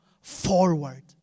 forward